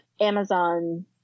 Amazon